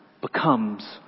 becomes